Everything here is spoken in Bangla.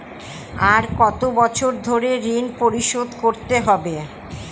আর কত বছর ধরে ঋণ পরিশোধ করতে হবে?